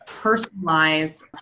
personalize